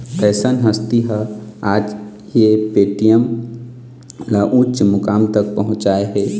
अइसन हस्ती ह आज ये पेटीएम ल उँच मुकाम तक पहुचाय हे